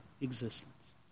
existence